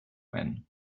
when